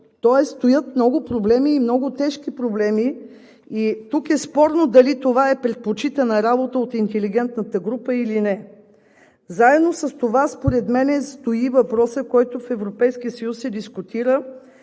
Тоест стоят много проблеми, много тежки проблеми и тук е спорно дали това е предпочитана работа от интелигентната група или не. Заедно с това според мен стои и въпросът, който в Европейския съюз се дискутира: